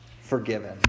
forgiven